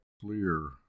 clear